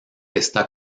está